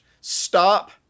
stop